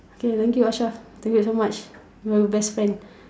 okay thank you ashraf thank you so much you are my best friend